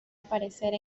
aparecer